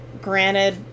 granted